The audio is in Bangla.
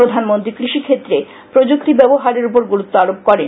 প্রধানমন্ত্রী কৃষিক্ষেত্রে প্রযুক্তির ব্যবহারের উপর গুরুত্ব আরোপ করেন